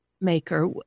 maker